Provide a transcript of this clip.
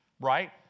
Right